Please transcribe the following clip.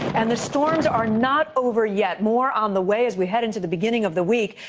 and the storms are not over yet. more on the way as we head into the beginning of the week.